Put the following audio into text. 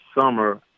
summer